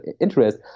interest